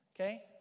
Okay